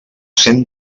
cent